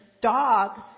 dog